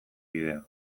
bidea